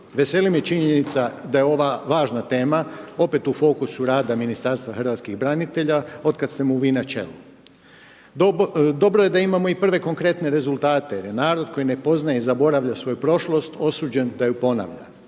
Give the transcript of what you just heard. Veseli me činjenica da je ova važna tema opet u fokusu rada Ministarstva hrvatskih branitelja od kada ste mu vi na čelu. Dobro je da imamo i prve konkretne rezultate, jer narod, koji ne poznaje i zaboravlja svoju prošlost, osuđen da ju ponavlja.